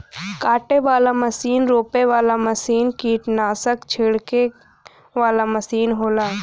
काटे वाला मसीन रोपे वाला मसीन कीट्नासक छिड़के वाला मसीन होला